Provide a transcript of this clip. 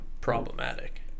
problematic